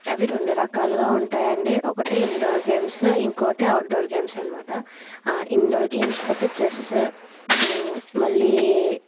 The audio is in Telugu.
అవి రెండు రకాలుగా ఉంటాయండి ఒకటి ఇండోర్ గేమ్స్ ఇంకొకటి ఔట్డోర్ గేమ్స్ అనమాట ఇండోర్ గేమ్స్లో ఐతే చెస్ మళ్ళీ